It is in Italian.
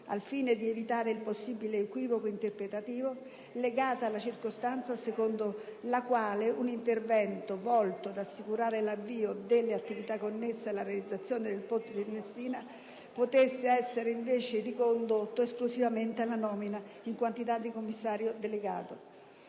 al fine di evitare il possibile equivoco interpretativo legato alla circostanza secondo la quale un intervento volto ad assicurare l'avvio delle attività connesse alla realizzazione del ponte sullo Stretto di Messina potesse essere invece ricondotto esclusivamente alla nomina, in qualità di commissario delegato,